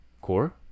core